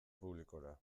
publikora